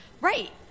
Right